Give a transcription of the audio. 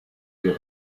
euros